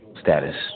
status